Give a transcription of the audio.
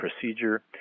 procedure